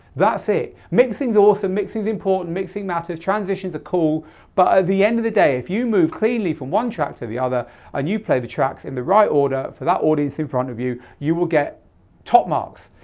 that's it. mixing is awesome, mixing is important, mixing matters, transitions are cool but at the end of the day if you move cleanly from one track to the other and you play the tracks in the right order for that audience in front of you, you will get top marks.